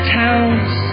towns